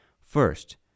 First